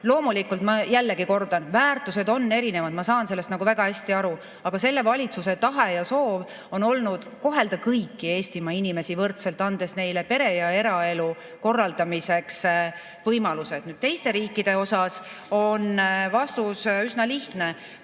Loomulikult, ma jällegi kordan, väärtused on erinevad, ma saan sellest väga hästi aru. Aga selle valitsuse tahe ja soov on olnud kohelda kõiki Eestimaa inimesi võrdselt, andes neile pere- ja eraelu korraldamiseks võimalused. Teiste riikide osas on vastus üsna lihtne.